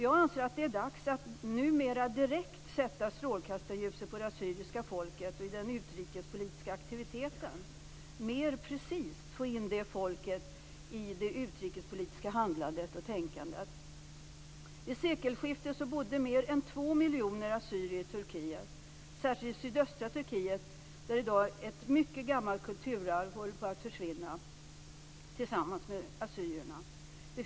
Jag anser att det är dags att direkt sätta strålkastarljuset på det assyriska folket och i den utrikespolitiska aktiviteten mer precist få in detta folk i det utrikespolitiska handlandet och tänkandet. Vid sekelskiftet bodde mer än 2 miljoner assyrier i Turkiet. Särskilt i sydöstra Turkiet håller ett mycket gammalt kulturarv på att försvinna tillsammans med assyrierna.